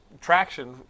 traction